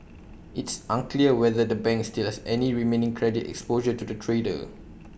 it's unclear whether the bank still has any remaining credit exposure to the trader